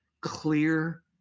clear